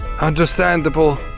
Understandable